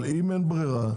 אבל אם אין ברירה,